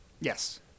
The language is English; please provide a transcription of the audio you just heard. Yes